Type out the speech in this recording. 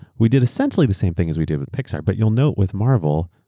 we did essentially the same thing as we did with pixar, but you'll note with marvel,